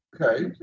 okay